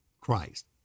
Christ